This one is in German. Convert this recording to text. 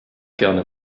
gerne